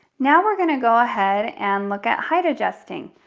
now we're gonna go ahead and look at height adjusting.